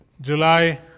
July